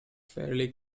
fairly